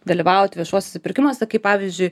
dalyvaut viešuosiuose pirkimuose kaip pavyzdžiui